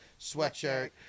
sweatshirt